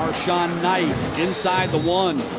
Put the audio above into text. marson-knight, inside the one.